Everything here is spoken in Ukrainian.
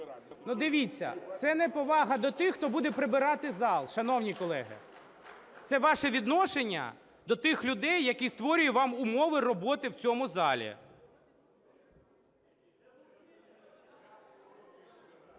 Дивіться, це неповага до тих, хто буде прибирати зал, шановні колеги. Це ваше відношення до тих людей, які створюють вам умови роботи в цьому залі.